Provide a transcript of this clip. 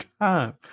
time